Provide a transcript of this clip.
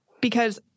Because-